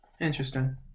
interesting